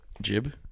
Jib